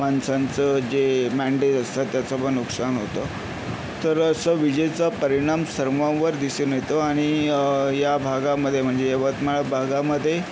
माणसांचं जे मॅन्डेज असतं त्याचं पण नुकसान होतं तर असा विजेचा परिणाम सर्वांवर दिसून येतो आणि या भागामध्ये म्हणजे यवतमाळ भागामध्ये